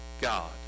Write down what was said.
God